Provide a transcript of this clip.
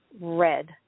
red